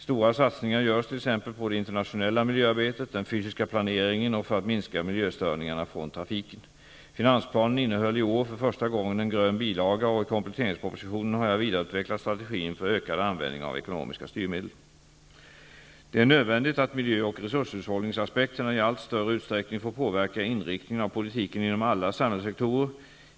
Stora satsningar görs t.ex. på det internationella miljöarbetet, den fysiska planeringen och för att minska miljöstörningarna från trafiken. Finansplanen innehöll i år för första gången en grön bilaga, och i kompletteringspropositionen har jag vidareutvecklat strategin för ökad användning av ekonomiska styrmedel. Det är nödvändigt att miljö och resurshushållningsaspekterna i allt större utsträckning får påverka inriktningen av politiken inom alla samhällssektorer.